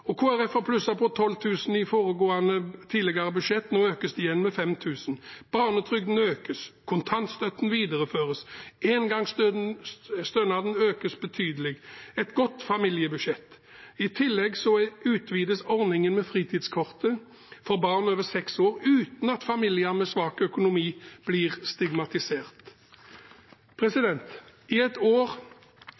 har plusset på 12 000 kr i tidligere budsjett. Nå økes det igjen, med 5 000 kr. Barnetrygden økes, kontantstøtten videreføres, engangsstønaden økes betydelig – et godt familiebudsjett. I tillegg utvides ordningen med fritidskortet for barn over seks år, uten at familier med svak økonomi blir stigmatisert.